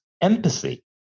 empathy